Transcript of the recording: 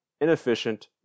inefficient